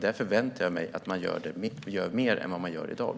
Där förväntar jag mig att man gör mer än vad man gör i dag.